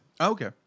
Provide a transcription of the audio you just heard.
Okay